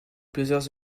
plusieurs